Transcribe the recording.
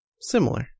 Similar